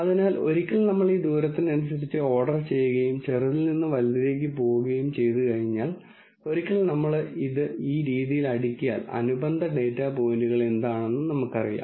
അതിനാൽ ഒരിക്കൽ നമ്മൾ ഇത് ദൂരത്തിനനുസരിച്ച് ഓർഡർ ചെയ്യുകയും ചെറുതിൽ നിന്ന് വലുതിലേക്ക് പോകുകയും ചെയ്തുകഴിഞ്ഞാൽ ഒരിക്കൽ നമ്മൾ ഇത് ഈ രീതിയിൽ അടുക്കിയാൽ അനുബന്ധ ഡാറ്റാ പോയിന്റുകൾ എന്താണെന്നും നമുക്കറിയാം